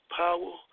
power